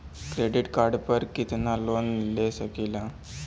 Credit card पर कितनालोन ले सकीला?